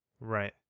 right